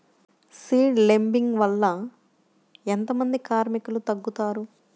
Seed లేంబింగ్ వల్ల ఎంత మంది కార్మికులు తగ్గుతారు?